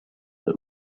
that